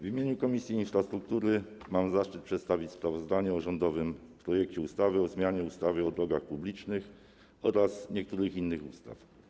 W imieniu Komisji Infrastruktury mam zaszczyt przedstawić sprawozdanie o rządowym projekcie ustawy o zmianie ustawy o drogach publicznych oraz niektórych innych ustaw.